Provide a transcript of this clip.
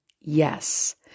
Yes